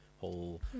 whole